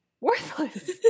worthless